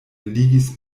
ligis